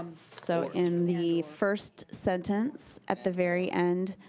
so in the first sentence, at the very end,